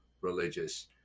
religious